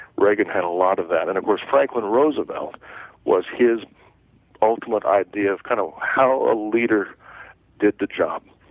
reagan had a lot of that and it was franklin roosevelt was his ultimate idea of kind of how a leader did the job,